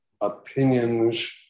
opinions